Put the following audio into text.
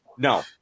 No